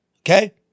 Okay